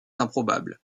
improbable